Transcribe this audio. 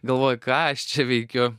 galvoju ką aš čia veikiu